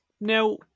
Now